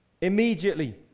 Immediately